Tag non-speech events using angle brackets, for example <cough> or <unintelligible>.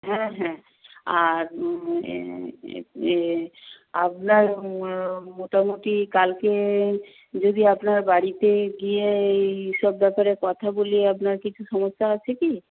হ্যাঁ হ্যাঁ আর <unintelligible> আপনার মোটামুটি কালকে যদি আপনার বাড়িতে গিয়ে এই সব ব্যাপারে কথা বলি আপনার কিছু সমস্যা আছে কি